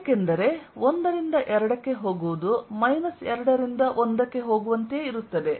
ಏಕೆಂದರೆ 1 ರಿಂದ 2 ಕ್ಕೆ ಹೋಗುವುದು ಮೈನಸ್ 2 ರಿಂದ 1ಕ್ಕೆ ಹೋಗುವಂತೆಯೇ ಇರುತ್ತದೆ